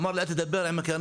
הוא אמר לי לא לדבר עם "קרנית",